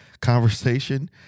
conversation